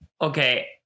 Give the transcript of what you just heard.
Okay